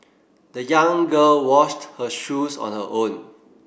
the young girl washed her shoes on her own